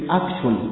action